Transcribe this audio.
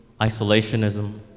isolationism